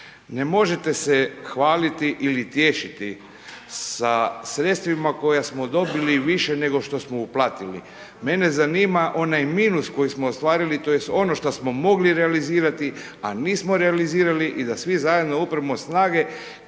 Ne možete se hvaliti ili tješiti sa sredstvima koja smo dobili više nego što smo uplatili. Mene zanima onaj minus koji smo ostvarili tj. ono što smo mogli realizirati, a nismo realizirali i da svi zajedno upremo snage